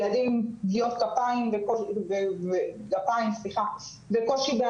ילדים עם פגיעות גפיים עם קשיי הליכה,